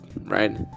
right